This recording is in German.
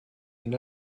ihn